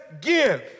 give